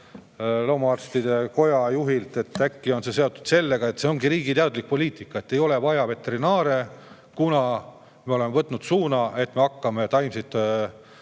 loomaarstide koja juhilt, et äkki on see seotud sellega, et see ongi riigi teadlik poliitika: ei ole vaja veterinaare, kuna me oleme võtnud suuna, et me hakkame sööma